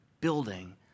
building